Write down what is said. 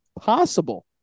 possible